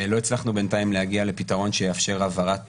לא הצלחנו בינתיים להגיע לפתרון שיאפשר העברת